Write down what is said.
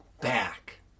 back